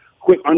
quick